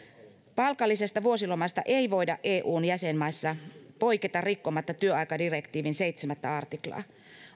palkallisesta vuosilomasta ei voida eun jäsenmaissa poiketa rikkomatta työaikadirektiivin seitsemäs artiklaa